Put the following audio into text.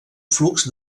flux